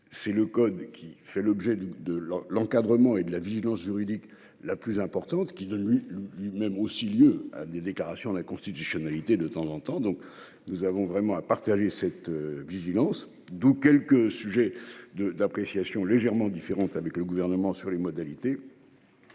c'est le code qui fait l'objet de l'encadrement et de la vigilance juridique la plus importante qui lui-même aussi lieu à des déclarations d'inconstitutionnalité de temps en temps. Donc nous avons vraiment à partager cette vigilance, d'où quelques sujets de d'appréciation légèrement différent avec le gouvernement sur les modalités.